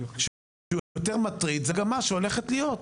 שהוא הרבה יותר מטריד, זו המגמה שהולכת להיות.